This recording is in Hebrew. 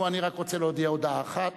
ובכן, אני רק רוצה להודיע הודעה אחת.